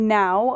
now